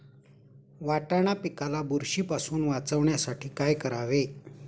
वाटाणा पिकाला बुरशीपासून वाचवण्यासाठी काय करावे?